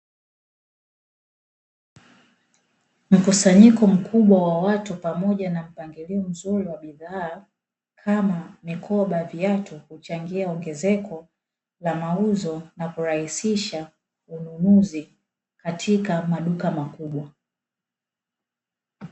Mkusanyiko mkubwa wa watu pamoja na mpangilio mzuri wa bidhaa kama mikoba, viatu huchangia ongezeko la mauzo na kurahisisha ununuzi katika maduka makubwa.